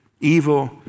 evil